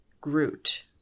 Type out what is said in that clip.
Groot